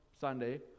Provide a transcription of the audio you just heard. sunday